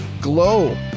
GLOW